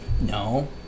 No